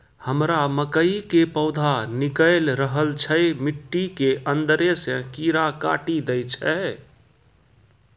हमरा मकई के पौधा निकैल रहल छै मिट्टी के अंदरे से कीड़ा काटी दै छै?